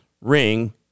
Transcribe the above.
ring